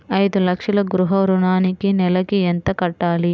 ఐదు లక్షల గృహ ఋణానికి నెలకి ఎంత కట్టాలి?